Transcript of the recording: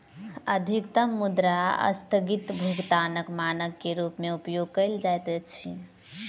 अधिकतम मुद्रा अस्थगित भुगतानक मानक के रूप में उपयोग कयल जाइत अछि